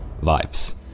vibes